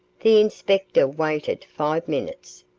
the inspector waited five minutes,